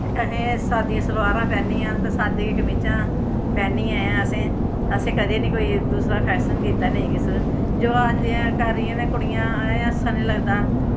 ते असें साद्दियां सलवारां पैह्न्नियां ते साद्दे गै कमीचां पैंह्नियां ऐं असें असें कदें निं कोई दूसरा फैशन कीता नेईं किश जो अजकल्ल दियां कुड़ियां न अच्छा निं लगदा